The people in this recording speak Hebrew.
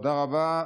תודה רבה.